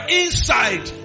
inside